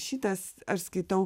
šitas aš skaitau